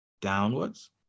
downwards